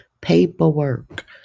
paperwork